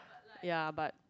ya but